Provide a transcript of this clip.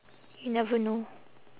you never know